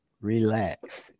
relax